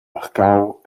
marcau